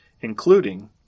including